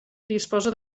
disposa